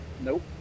nope